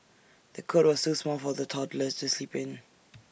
the cot was too small for the toddler to sleep in